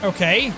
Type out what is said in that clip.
Okay